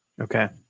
Okay